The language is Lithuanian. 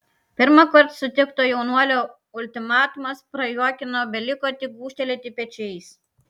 pirmąkart sutikto jaunuolio ultimatumas prajuokino beliko tik gūžtelėti pečiais